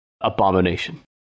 abomination